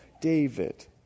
David